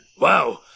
Wow